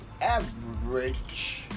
average